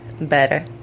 better